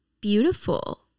beautiful